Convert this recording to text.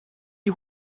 die